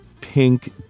pink